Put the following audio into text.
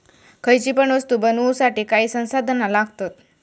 खयची पण वस्तु बनवुसाठी काही संसाधना लागतत